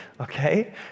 okay